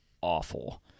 awful